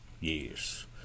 Yes